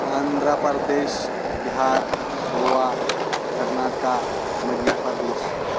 Andhra Pradesh Bihar Goa Karnataka Madhya Pradesh